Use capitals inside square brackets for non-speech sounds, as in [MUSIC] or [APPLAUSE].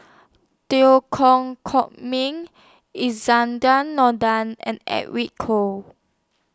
Teo [UNINTELLIGIBLE] Koh Miang [UNINTELLIGIBLE] Nordin and Edwin Koek